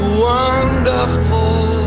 wonderful